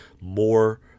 more